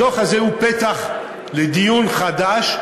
הדוח הזה הוא פתח לדיון חדש,